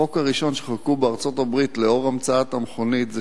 החוק הראשון שחוקקו בארצות-הברית לאור המצאת המכונית זה